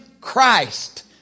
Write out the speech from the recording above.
Christ